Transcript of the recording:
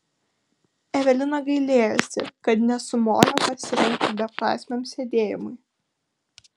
evelina gailėjosi kad nesumojo pasirengti beprasmiam sėdėjimui